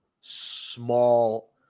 small